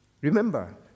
Remember